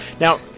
Now